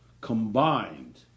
combined